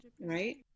Right